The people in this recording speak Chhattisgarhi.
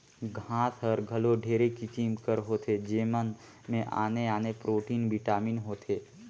घांस हर घलो ढेरे किसिम कर होथे जेमन में आने आने प्रोटीन, बिटामिन होथे